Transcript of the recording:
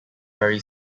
vary